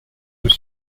was